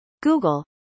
Google